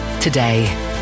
today